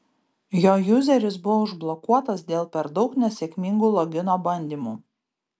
jo juzeris buvo užblokuotas dėl per daug nesėkmingų logino bandymų